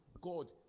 God